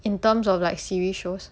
in terms of like series shows